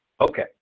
okay